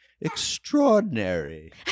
extraordinary